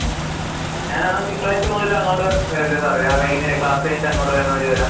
okay ഞാൻ എന്നാൽ തിങ്കളാഴ്ച മുതൽ അങ്ങോട്ട് വരാം സാറെ വൈകുന്നേരം ക്ലാസ്സ് കഴിഞ്ഞിട്ട് അങ്ങോട്ട് വരുന്ന വഴി വരാം